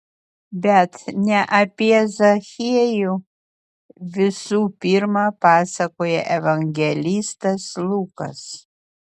bet ne apie zachiejų visų pirma pasakoja evangelistas lukas